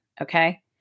okay